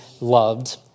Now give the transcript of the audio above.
loved